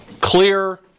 Clear